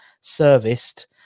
serviced